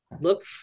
Look